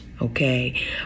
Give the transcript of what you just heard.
Okay